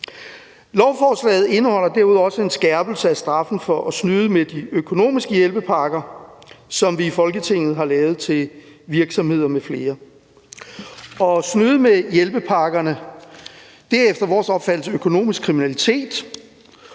Lovforslaget indeholder derudover også en skærpelse af straffen for at snyde med de økonomiske hjælpepakker, som vi i Folketinget har lavet til virksomheder m.fl. At snyde med hjælpepakkerne er efter vores opfattelse økonomisk kriminalitet,